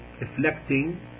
reflecting